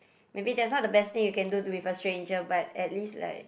maybe that's not the best thing you can do with a stranger but at least like